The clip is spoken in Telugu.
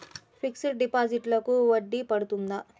ఫిక్సడ్ డిపాజిట్లకు వడ్డీ పడుతుందా?